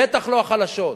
בטח לא החלשות.